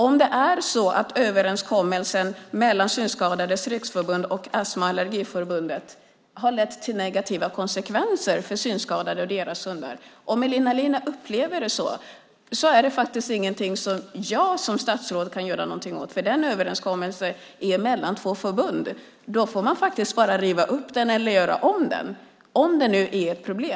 Om Elina Linna upplever att överenskommelsen mellan Synskadades Riksförbund och Astma och Allergiförbundet har fått negativa konsekvenser för synskadade och deras hundar är det faktiskt ingenting som jag som statsråd kan göra någonting åt. Den överenskommelsen har gjorts mellan två förbund, och om det nu är problem får man bara riva upp eller göra om den.